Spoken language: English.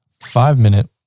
five-minute